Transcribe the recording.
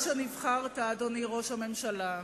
שנבחרת, אדוני ראש הממשלה,